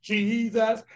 Jesus